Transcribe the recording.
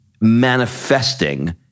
manifesting